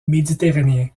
méditerranéen